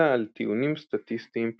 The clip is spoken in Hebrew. אלא על טיעונים סטטיסטיים פשוטים.